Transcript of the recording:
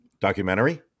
Documentary